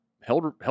held